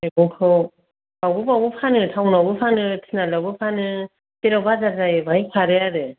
मैगंखौ बावबो बावबो फानो टाउनावबो फानो थिनालियावबो फानो जेराव बाजार जायो बेयाव खारो आरो